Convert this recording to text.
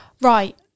Right